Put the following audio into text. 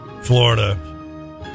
Florida